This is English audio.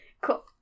cool